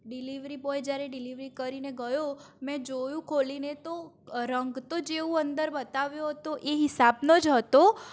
delivery boy જ્યારે delivery કરીને ગયો તો મેં જોયું ખોલીને તો રંગ તો જેવો અંદર બતાવ્યો હતો એ હિસાબનો જ હતો